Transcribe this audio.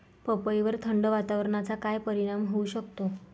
पपईवर थंड वातावरणाचा काय परिणाम होऊ शकतो?